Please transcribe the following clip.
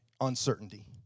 uncertainty